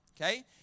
Okay